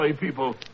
people